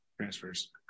transfers